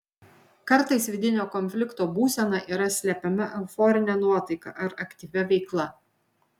kartais vidinio konflikto būsena yra slepiama euforine nuotaika ar aktyvia veikla